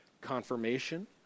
confirmation